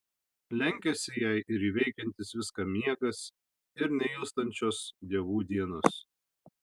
lenkiasi jai ir įveikiantis viską miegas ir neilstančios dievų dienos